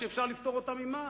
שאפשר לפטור אותן ממס.